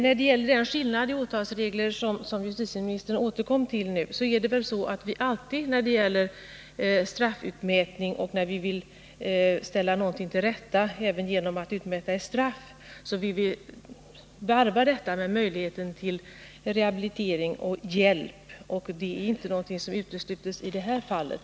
När det gäller den skillnad i åtalsregler som justitieministern återkom till nu är det väl så att alltid när det gäller straffutmätning och när det gäller att ställa någonting till rätta — även genom att utmäta ett straff — vill vi varva detta med möjligheten till rehabilitering och hjälp, och det är inte någonting som utesluts i det här fallet.